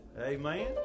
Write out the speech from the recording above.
amen